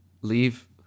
Leave